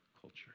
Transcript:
culture